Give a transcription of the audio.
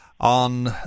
On